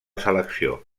selecció